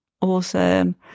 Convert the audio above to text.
awesome